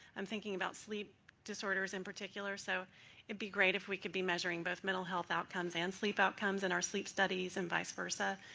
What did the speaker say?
i'm thinking about sleep disorders in particular, so it would be great if we could be measuring both mental health outcomes and sleep outcomes in our sleep studies and vice versa,